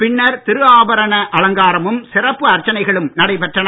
பின்னர் திருவாபரண அலங்காரமும் சிறப்பு அர்ச்சனைகளும் நடைபெற்றன